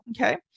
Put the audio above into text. okay